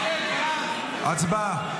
הצבעה.